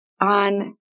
on